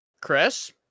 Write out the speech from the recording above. Chris